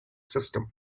system